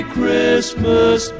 Christmas